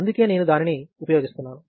అందుకే నేను దానిని ఉపయోగిస్తున్నాను